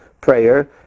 prayer